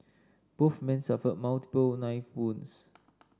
both men suffered multiple knife wounds